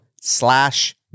slash